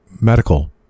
medical